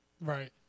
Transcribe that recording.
Right